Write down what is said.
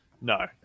no